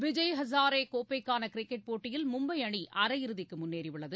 விஜய் ஹஸாரே கோப்பைக்கான கிரிக்கெட் போட்டியில் மும்பை அணி அரையிறுதிக்கு முன்னேறியுள்ளது